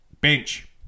bench